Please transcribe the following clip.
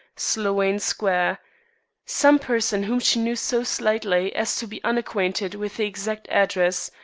sloane square some person whom she knew so slightly as to be unacquainted with the exact address,